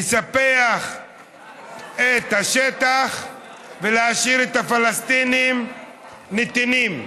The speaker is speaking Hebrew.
לספח את השטח ולהשאיר את הפלסטינים נתינים.